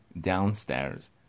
downstairs